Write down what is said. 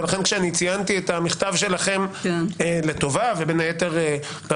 ולכן כאשר ציינתי את המכתב שלכם לטובה ובין היתר גם